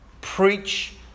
Preach